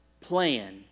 plan